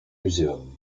museum